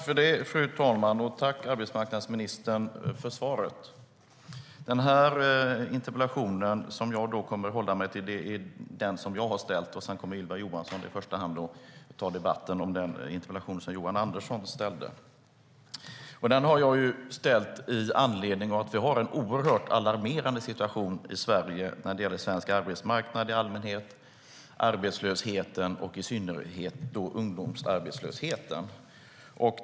Fru talman! Tack, arbetsmarknadsministern, för svaret. Jag tänker hålla mig till den interpellation som jag har framställt. Sedan kommer Ylva Johansson att ta debatten om Johan Anderssons interpellation. Jag framställde min interpellation i anledning av att Sveriges situation är oerhört alarmerande när det gäller arbetsmarknaden och arbetslösheten i allmänhet och ungdomsarbetslösheten i synnerhet.